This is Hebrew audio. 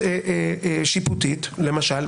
ביקורת שיפוטית למשל,